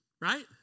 right